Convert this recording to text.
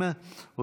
יהדות התורה והשבת,